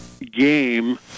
game